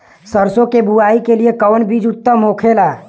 सरसो के बुआई के लिए कवन बिज उत्तम होखेला?